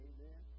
Amen